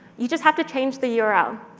you just have to change the yeah url.